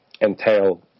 entail